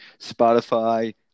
Spotify